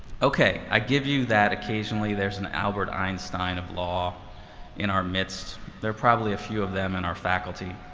ok, i give you that occasionally there's an albert einstein of law in our midst. there are probably a few of them in our faculty,